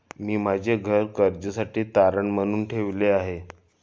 मी माझे घर कर्जासाठी तारण म्हणून ठेवले आहे